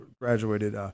graduated